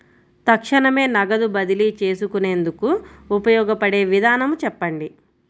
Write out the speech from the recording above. తక్షణమే నగదు బదిలీ చేసుకునేందుకు ఉపయోగపడే విధానము చెప్పండి?